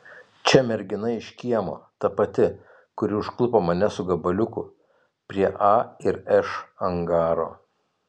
čia mergina iš kiemo ta pati kuri užklupo mane su gabaliuku prie a ir š angaro